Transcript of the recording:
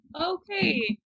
Okay